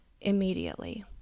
immediately